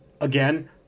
again